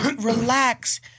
Relax